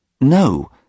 No